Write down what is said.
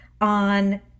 on